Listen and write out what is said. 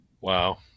wow